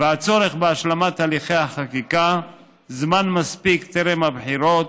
והצורך בהשלמת הליכי החקיקה בזמן מספיק טרם הבחירות,